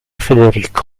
federico